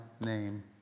name